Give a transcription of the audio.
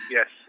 Yes